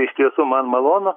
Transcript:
iš tiesų man malonu